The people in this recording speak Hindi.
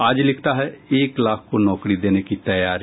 आज लिखता है एक लाख को नौकरी देने की तैयारी